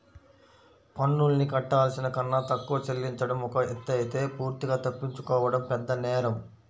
పన్నుల్ని కట్టాల్సిన కన్నా తక్కువ చెల్లించడం ఒక ఎత్తయితే పూర్తిగా తప్పించుకోవడం పెద్దనేరం